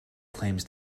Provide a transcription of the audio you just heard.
claims